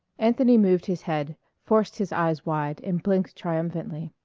anthony moved his head, forced his eyes wide, and blinked triumphantly.